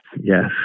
yes